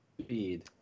Speed